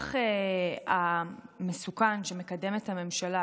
המהלך המסוכן שמקדמת הממשלה,